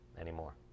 anymore